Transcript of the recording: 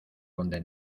donde